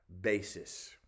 basis